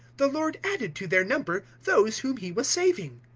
the lord added to their number those whom he was saving.